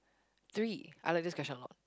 three I like this question a lot